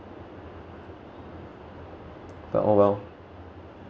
oh well